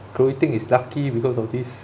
chloe ting is lucky because of this